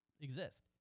exist